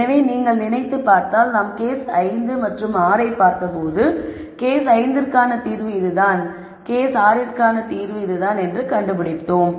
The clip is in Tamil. எனவே நீங்கள் நினைத்து பார்த்தால் நாம் கேஸ் 5 மற்றும் 6 ஐப் பார்த்த போது கேஸ் 5 க்கான தீர்வு இதுதான் கேஸ் 6 க்கான தீர்வு இதுதான் என்று கண்டு பிடித்தோம்